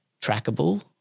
trackable